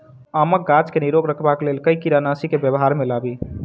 आमक गाछ केँ निरोग रखबाक लेल केँ कीड़ानासी केँ व्यवहार मे लाबी?